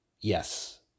Yes